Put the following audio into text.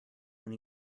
when